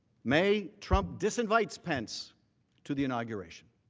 may, trump this invites pence to the inauguration.